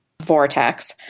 vortex